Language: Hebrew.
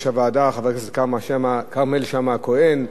הוועדה, חבר הכנסת כרמל שאמה-הכהן,